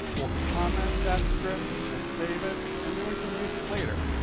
we'll comment that script. we'll save it. and then we can use it later.